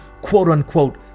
quote-unquote